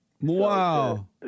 wow